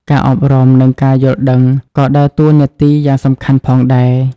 ការអប់រំ និងការយល់ដឹង ក៏ដើរតួនាទីយ៉ាងសំខាន់ផងដែរ។